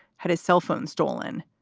had his cell phone stolen.